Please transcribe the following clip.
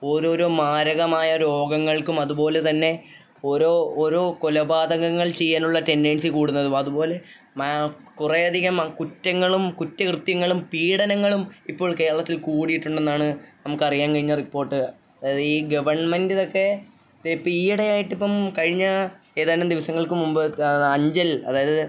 ഓരോരോ മാരകമായ രോഗങ്ങൾക്കും അതുപോലെതന്നെ ഓരോ ഓരോ കൊലപാതകങ്ങൾ ചെയ്യാനുള്ള ടെൻഡൻസി കൂടുന്നതും അതുപോലെ കുറേയധികം കുറ്റങ്ങളും കുറ്റകൃത്യങ്ങളും പീഡനങ്ങളും ഇപ്പോൾ കേരളത്തിൽ കൂടിയിട്ടുണ്ടെന്നാണ് നമുക്കറിയാൻ കഴിഞ്ഞ റിപ്പോട്ട് അതായത് ഈ ഗവൺമെൻ്റിതൊക്കെ ദേ ഇപ്പം ഈയിടെയായിട്ടിപ്പം കഴിഞ്ഞ ഏതാനും ദിവസങ്ങൾക്കു മുമ്പ് അഞ്ചൽ അതായത്